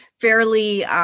fairly